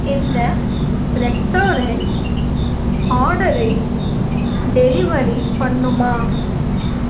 இந்த ரெஸ்டாரண்ட் ஆர்டரை டெலிவரி பண்ணுமா